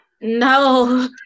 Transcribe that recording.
No